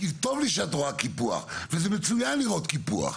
טוב לי שאת רואה קיפוח, וזה מצוין לראות קיפוח,